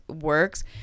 works